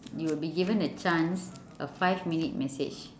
you would be given the chance a five minute message